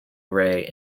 array